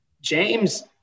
James